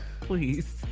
please